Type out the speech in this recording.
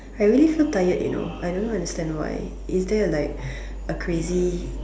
I really so tired you know I don't know understand why is there like a crazy